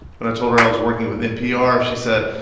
when i told her i was working with npr, she said,